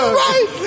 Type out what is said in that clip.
right